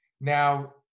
Now